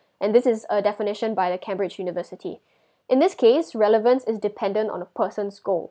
and this is a definition by the cambridge university in this case relevance is dependent on a person's score